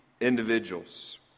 individuals